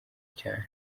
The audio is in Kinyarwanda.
cyane